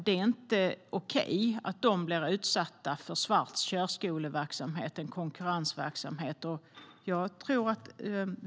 Det är inte okej att de blir utsatta för konkurrens från svart körskoleverksamhet.